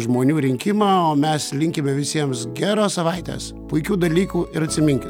žmonių rinkimą o mes linkime visiems geros savaitės puikių dalykų ir atsiminkit